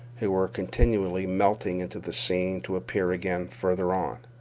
who were continually melting into the scene to appear again farther on.